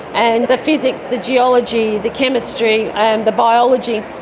and the physics, the geology, the chemistry and the biology,